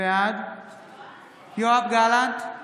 בעד יואב גלנט,